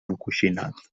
encoixinat